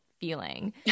feeling